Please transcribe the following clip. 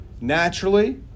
naturally